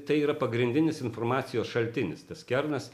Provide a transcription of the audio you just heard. tai yra pagrindinis informacijos šaltinis tas kernas